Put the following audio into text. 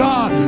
God